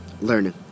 learning